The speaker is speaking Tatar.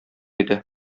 иде